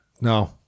No